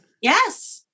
Yes